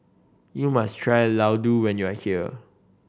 you must try Ladoo when you are here